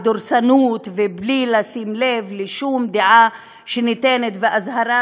בדורסנות ובלי לשים לב לשום דעה שניתנת ואזהרה